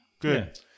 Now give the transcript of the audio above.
Good